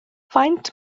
faint